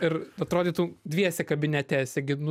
ir atrodytų dviese kabinete esi gi nu